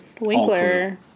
Winkler